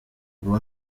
uwo